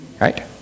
right